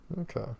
okay